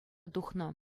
тухнӑ